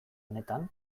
honetan